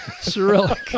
Cyrillic